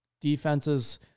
defenses